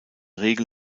regel